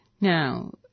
Now